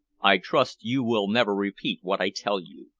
i trust you will never repeat what i tell you.